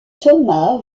thomas